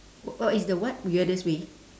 oh is the what weirdest way